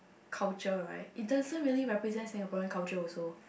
culture right it doesn't really represent Singaporean culture also